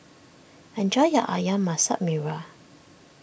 enjoy your Ayam Masak Merah